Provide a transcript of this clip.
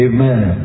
Amen